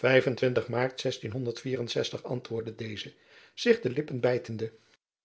aar antwoordde deze zich de lippen bijtende